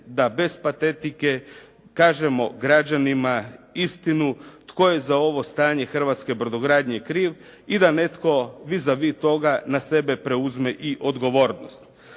da bez patetike kažemo građanima istinu tko je za ovo stanje hrvatske brodogradnje kriv i da netko vis a vis toga na sebe preuzme i odgovornost.